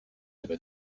over